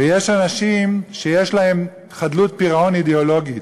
ויש אנשים שיש להם חדלות פירעון אידיאולוגית.